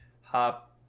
hop